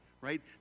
right